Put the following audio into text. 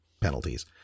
penalties